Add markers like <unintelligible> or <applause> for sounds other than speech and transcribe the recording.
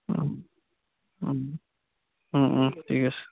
<unintelligible> ঠিক আছে